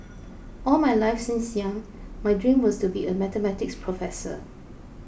all my life since young my dream was to be a Mathematics professor